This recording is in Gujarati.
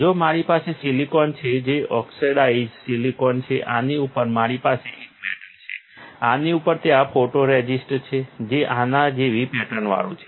જો મારી પાસે સિલિકોન છે જે ઓક્સિડાઇઝ્ડ સિલિકોન છે આની ઉપર મારી પાસે એક મેટલ છે આની ઉપર ત્યાં ફોટોરેસિસ્ટ છે જે આના જેવી પેટર્નવાળો છે